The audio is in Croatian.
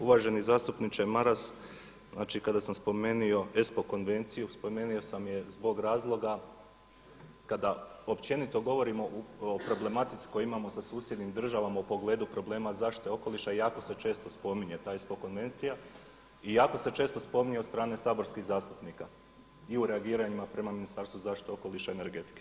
Uvaženi zastupniče Maras, znači kada sam spomenuo ESPO konvenciju spomenuo sam je zbog razloga kada općenito govorimo o problematici koju imamo sa susjednim državama u pogledu problema zaštite okoliša jako se često spominje ta ESPO konvencija i jako se često spominje od strane saborskih zastupnika i u reagiranju prema Ministarstvu zaštite okoliša i energetike.